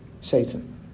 Satan